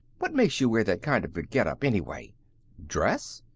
what makes you wear that kind of a get-up, anyway? dress?